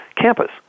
campus